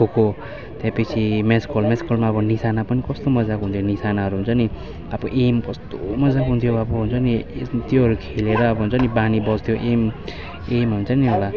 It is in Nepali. खोखो त्यसपछि मेसकल मेसकलमा अब निसाना पनि कस्तो मज्जाको हुन्थ्यो निसानाहरू हुन्छ नि अब एम कस्तो मज्जाको हुन्थ्यो अब हुन्छ नि त्योहरू खेलेर अब हुन्छ नि बानी बस्थ्यो एम एम हुन्छ नि एउटा